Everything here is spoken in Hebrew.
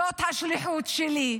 זאת השליחות שלי,